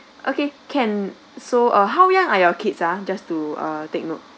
okay can so uh how young are your kids ah just to uh take note